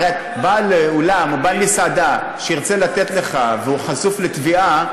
הרי בעל אולם או בעל מסעדה שירצה לתת לך והוא חשוף לתביעה,